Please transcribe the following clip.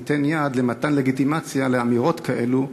ניתן יד למתן לגיטימציה לאמירות כאלה,